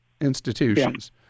institutions